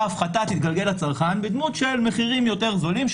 הפחתה תתגלגל לצרכן בדמות של מחירים יותר זולים,